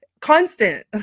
constant